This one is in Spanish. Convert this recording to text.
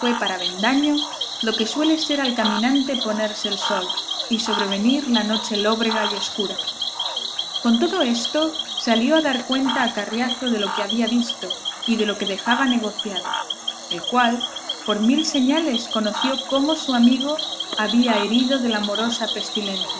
para avendaño lo que suele ser al caminante ponerse el sol y sobrevenir la noche lóbrega y escura con todo esto salió a dar cuenta a carriazo de lo que había visto y de lo que dejaba negociado el cual por mil señales conoció cómo su amigo venía herido de la amorosa